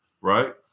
right